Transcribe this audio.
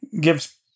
gives